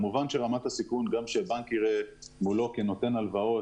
כמובן שרמת הסיכון גם של הבנק מולו כנותן ההלוואה,